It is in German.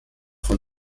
von